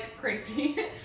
crazy